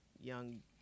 young